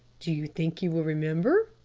do you think you will remember?